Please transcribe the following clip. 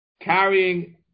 Carrying